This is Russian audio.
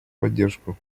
поддержку